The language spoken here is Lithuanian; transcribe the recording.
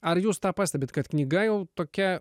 ar jūs pastebit kad knyga jau tokia